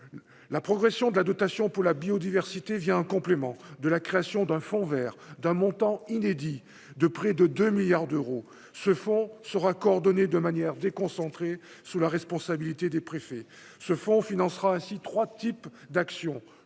la progression de la dotation pour la biodiversité vient en complément de la création d'un fonds Vert, d'un montant inédit de près de 2 milliards d'euros, ce fonds sera coordonnée de manière déconcentré sous la responsabilité des préfets, ce fonds financera ainsi 3 types d'action,